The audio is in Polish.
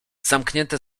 zamknięte